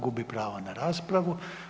Gubi pravo na raspravu.